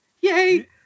Yay